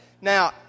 Now